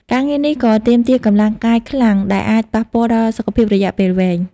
ការងារនេះក៏ទាមទារកម្លាំងកាយខ្លាំងដែលអាចប៉ះពាល់ដល់សុខភាពរយៈពេលវែង។